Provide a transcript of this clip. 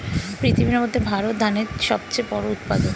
পৃথিবীর মধ্যে ভারত ধানের সবচেয়ে বড় উৎপাদক